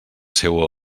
seua